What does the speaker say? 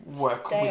work